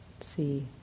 See